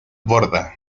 borda